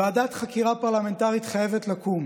ועדת חקירה פרלמנטרית חייבת לקום.